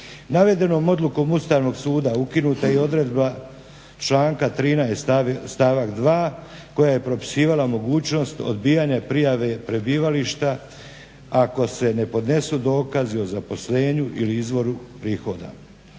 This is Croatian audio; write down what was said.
Navedenom odlukom Ustavnog suda ukinuta je i odredba članka 13. stavak 2. koja propisivala mogućnost odbijanja prijave prebivališta ako se ne podnesu dokazi o zaposlenju ili izvoru prihoda.